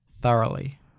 thoroughly